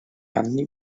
anni